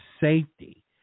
safety